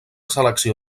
selecció